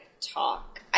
talk